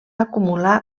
acumular